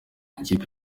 ikipe